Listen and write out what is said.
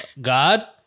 God